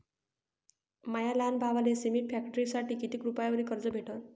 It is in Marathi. माया लहान भावाले सिमेंट फॅक्टरीसाठी कितीक रुपयावरी कर्ज भेटनं?